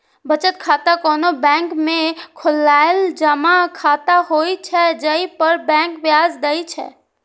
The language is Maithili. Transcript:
बचत खाता कोनो बैंक में खोलाएल जमा खाता होइ छै, जइ पर बैंक ब्याज दै छै